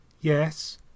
Yes